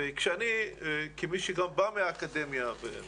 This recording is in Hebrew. כמי שבא מהאקדמיה וגם